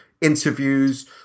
interviews